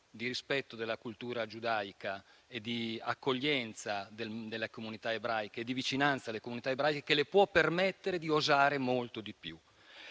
di rispetto della cultura giudaica e di accoglienza e vicinanza alle comunità ebraiche che le può permettere di osare molto di più.